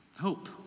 Hope